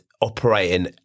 operating